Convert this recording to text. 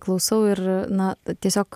klausau ir na tiesiog